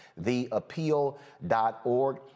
theappeal.org